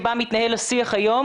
נשמח לשמוע גם את